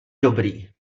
dobrý